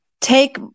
take